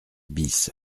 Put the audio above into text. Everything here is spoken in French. bis